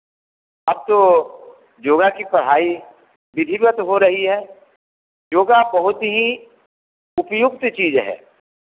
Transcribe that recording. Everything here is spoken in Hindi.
आप तो योग की पढ़ाई विधिवत हो रही हे योग बहुत ही उपयुक्त चीज़ है